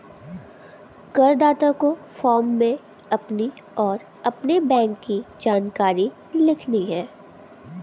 करदाता को फॉर्म में अपनी और अपने बैंक की जानकारी लिखनी है